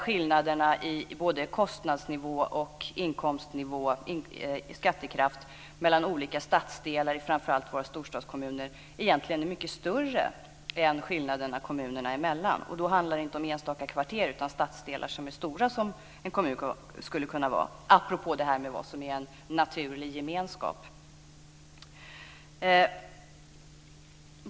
Skillnaderna när det gäller både kostnadsnivå, inkomstnivå och skattekraft mellan olika stadsdelar i framför allt våra storstadskommuner är egentligen mycket större än skillnaderna kommunerna emellan. Då handlar det inte om enstaka kvarter utan om stadsdelar som är stora som en kommun skulle kunna vara. Det säger jag apropå diskussionen om vad som är en naturlig gemenskap.